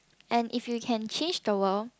and if you can change the world